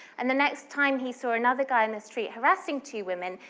and the next time he saw another guy in the street harassing two women,